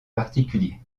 particulier